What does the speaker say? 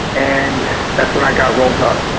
and that's when i got rolled up.